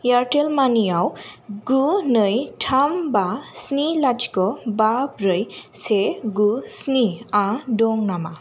Airtel मानिआव गु नै थाम बा स्नि लाथिख' बा ब्रै से गु स्नि आ दं नामा